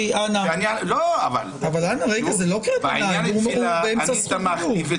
אנא --- לא אבל --- הוא באמצע זכות דיבור.